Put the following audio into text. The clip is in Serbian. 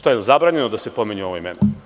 Da li je zabranjeno da se pominju ova imena?